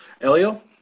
Elio